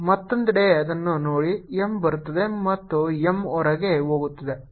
ಮತ್ತೊಂದೆಡೆ ಇದನ್ನು ನೋಡಿ M ಬರುತ್ತಿದೆ ಮತ್ತು M ಹೊರಗೆ ಹೋಗುತ್ತಿದೆ